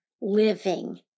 living